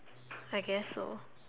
I guess so